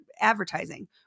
advertising